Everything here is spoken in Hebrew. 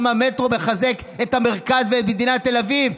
גם המטרו מחזק את המרכז ואת מדינת תל אביב,